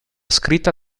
scritta